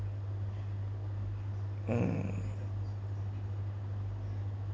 mm